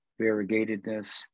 variegatedness